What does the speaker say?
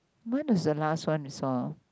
when was the last one you saw